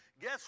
guess